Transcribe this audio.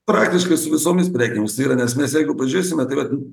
praktiškai su visoms prekėms yra nes mes jeigu pažėsime tai vat